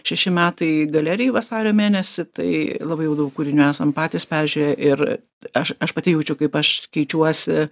šeši metai galerijai vasario mėnesį tai labai jau daug kūrinių esam patys peržiūrėję ir aš aš pati jaučiu kaip aš keičiuosi